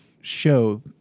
show